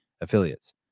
affiliates